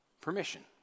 permission